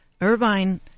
Irvine